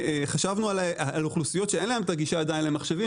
חשבנו גם על אוכלוסיות שאין להן גישה למחשבים עדיין,